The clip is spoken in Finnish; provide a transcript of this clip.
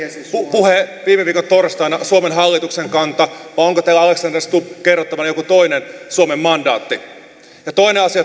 puhe viime viikon torstaina suomen hallituksen kanta vai onko teillä alexander stubb kerrottavana joku toinen suomen mandaatti ja toinen asia